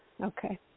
Okay